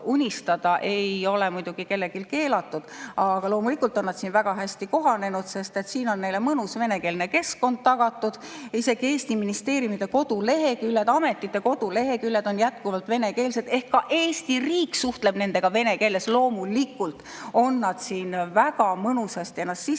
ei ole muidugi kellelegi keelatud. Loomulikult on nad väga hästi kohanenud, sest siin on neile mõnus venekeelne keskkond tagatud. Isegi Eesti ministeeriumide koduleheküljed, ametite koduleheküljed on jätkuvalt venekeelsed – ka Eesti riik suhtleb nendega vene keeles. Loomulikult on nad siin väga mõnusasti ennast sisse